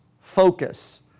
focus